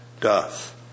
doth